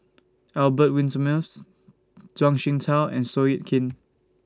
Albert Winsemius Zhuang Shengtao and Seow Yit Kin